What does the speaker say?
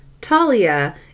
Talia